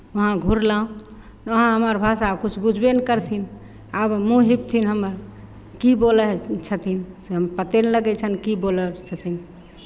वहाँ घुरलहुँ वहाँ हमर भाषा किछु बुझबे नहि करथिन आब मूँह देखथिन हमर की बोलै हइ छथिन से पते नहि लगै छनि की बोलै छथिन